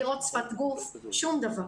לראות שפת גוף, שום דבר.